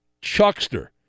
chuckster